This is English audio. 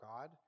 God